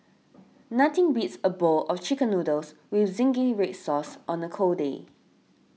nothing beats a bowl of Chicken Noodles with Zingy Red Sauce on a cold day